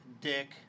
dick